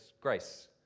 grace